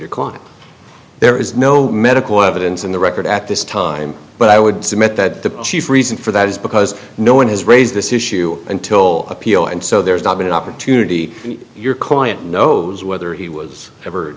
your client there is no medical evidence in the record at this time but i would submit that the chief reason for that is because no one has raised this issue until appeal and so there's not been an opportunity your client knows whether he was ever